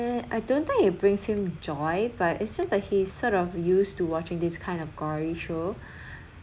and I don't think it brings him joy but it's just like he's sort of used to watching this kind of gory show